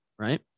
right